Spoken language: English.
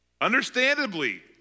understandably